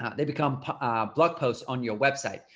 they become blog posts on your website.